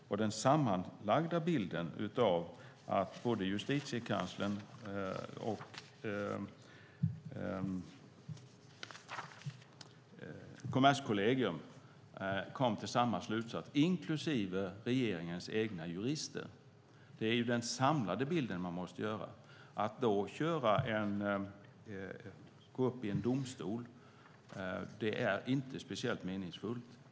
Det är den sammanlagda bilden av att både Justitiekanslern, Kommerskollegium och regeringens egna jurister kom till samma slutsats som man måste se. Att då gå upp i en domstol är inte speciellt meningsfullt.